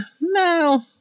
No